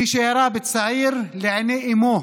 מי שירה בצעיר לעיני אימו